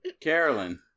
carolyn